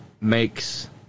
makes